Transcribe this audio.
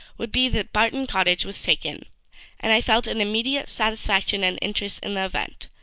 would be that barton cottage was taken and i felt an immediate satisfaction and interest in the event,